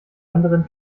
anderen